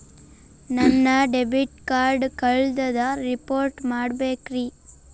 ನನ್ನ debit card ಕಳ್ದದ report ಮಾಡಬೇಕ್ರಿ